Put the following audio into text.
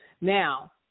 Now